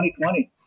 2020